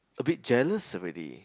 a bit jealous already